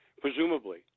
presumably